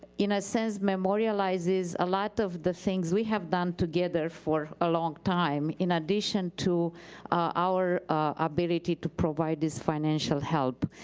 in a sense memorializes a lot of the things we have done together for a long time. in addition to our ability to provide this financial help.